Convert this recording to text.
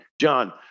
John